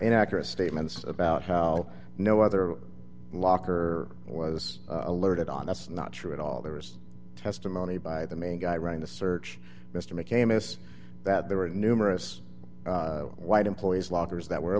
inaccurate statements about how no other locker was alerted on that's not true at all there was testimony by the main guy running the search mr mckay miss that there were numerous white employees lockers that were